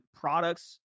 products